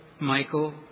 Michael